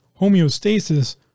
homeostasis